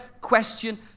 question